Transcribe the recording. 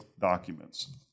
documents